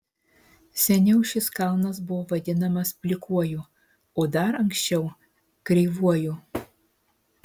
seniau šis kalnas buvo vadinamas plikuoju o dar anksčiau kreivuoju